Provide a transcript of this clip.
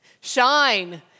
shine